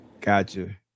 Gotcha